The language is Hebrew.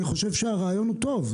אני חושב שהרעיון הוא טוב,